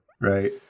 Right